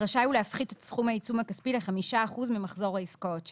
רשאי הוא להפחית את סכום העיצום הכספי ל-5 אחוזים ממחזור העסקאות שלו.